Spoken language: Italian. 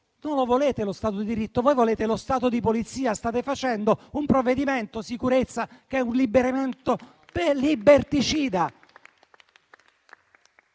non lo volete lo Stato di diritto; voi volete lo Stato di polizia, state varando un provvedimento sicurezza liberticida.